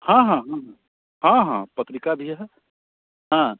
हाँ हाँ हाँ हाँ पत्रिका भी है हाँ